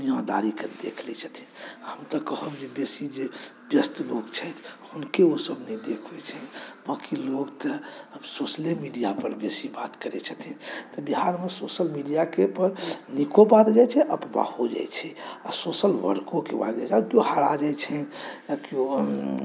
आ दुनियादारीके देखैलए छथिन हम तऽ कहब जे बेसी जे व्यस्त लोक छथि हुनके ओसब नहि देख होइ छनि बाकी लोकतऽ आब सोशले मीडियापर बेसी बात करै छथिन तँ बिहारमे सोशल मीडियाके उपर नीको बात जाइ छै अफवाहो जाइ छै आओर सोशल वर्को वगैरह किओ हेरा जाइ छै किओ